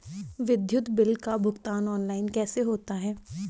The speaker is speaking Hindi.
विद्युत बिल का भुगतान ऑनलाइन कैसे होता है?